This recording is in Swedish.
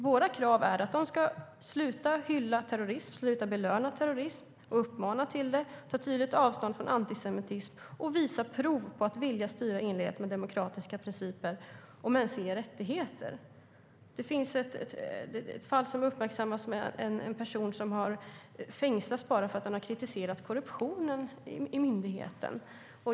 Våra krav är att de ska sluta hylla, belöna och uppmana till terrorism, ta tydligt avstånd från antisemitism och visa prov på att vilja styra i enlighet med demokratiska principer och mänskliga rättigheter. Det finns ett uppmärksammat fall där en person har fängslats bara för att han har kritiserat korruptionen i myndigheten.